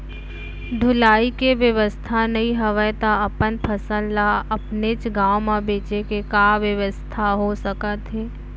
ढुलाई के बेवस्था नई हवय ता अपन फसल ला अपनेच गांव मा बेचे के का बेवस्था हो सकत हे?